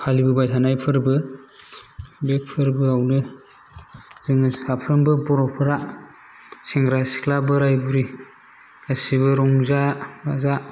फालिबोबाय थानाय फोरबो बे फोरबो आवनो जोङो साफ्रोमबो बर'फोरा सेंग्रा सिख्ला बोराइ बुरि गासिबो रंजा बाजा